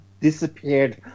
disappeared